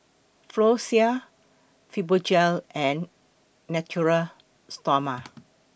Floxia Fibogel and Natura Stoma